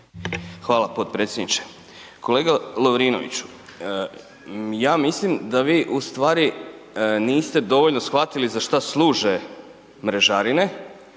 Hvala potpredsjedniče, kolega Lovrinoviću ja mislim da vi u stvari niste dovoljno shvatili za šta služe mrežerine